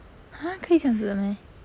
!huh! 可以这样子的 meh